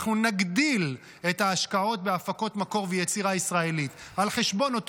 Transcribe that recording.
אנחנו נגדיל את ההשקעות בהפקות מקור ויצירה ישראלית על חשבון אותו